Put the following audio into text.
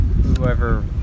whoever